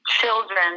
children